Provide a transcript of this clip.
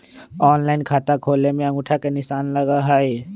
Online खाता खोले में अंगूठा के निशान लगहई?